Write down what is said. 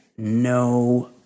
No